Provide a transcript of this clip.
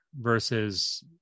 versus